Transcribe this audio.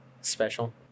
special